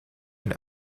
been